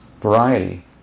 variety